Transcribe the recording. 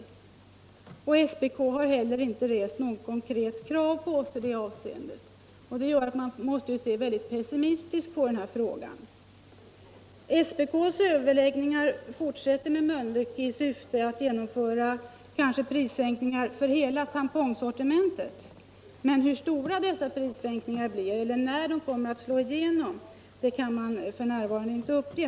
SPK har heller = billigare menstruainte rest något konkret krav på oss i det avseendet.” tionsskydd Detta gör att man måste se mycket pessimistiskt på utvecklingen i den här frågan. SPK:s överläggningar med Mölnlycke fortsätter, och man syftar till att genomföra prissänkningar för kanske hela tampongsortimentet. Hur stora dessa prissänkningar blir, eller när de kommer att slå igenom, kan man f.n. inte uppge.